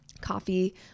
coffee